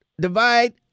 divide